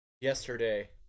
Yesterday